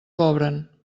cobren